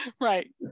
Right